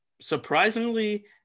surprisingly